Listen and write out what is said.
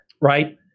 right